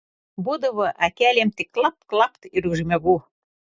būdavo akelėm tik klapt klapt ir užmiegu